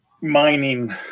mining